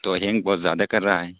تو ہینگ بہت زیادہ کر رہا ہے